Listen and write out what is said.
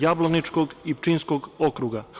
Jablaničkog i Pčinjskog okruga.